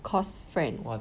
course friend